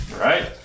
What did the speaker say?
right